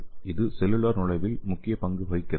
இது செல்லுலார் நுழைவில் முக்கிய பங்கு வகிக்கிறது